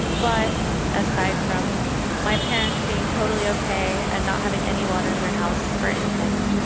but aside from my parents being totally ok and not having any water in their house or anything,